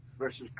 versus